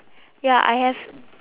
ya I have